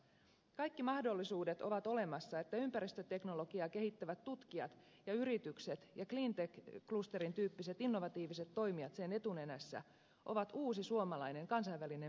kaikki mahdollisuudet ovat olemassa että ympäristöteknologiaa kehittävät tutkijat ja yritykset ja cleantech clusterin tyyppiset innovatiiviset toimijat sen etunenässä ovat uusi suomalainen kansainvälinen menestystarina